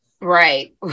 Right